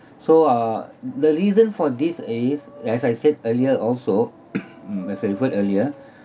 so uh the reason for this is as I said earlier also mm my favourite earlier